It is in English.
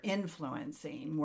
influencing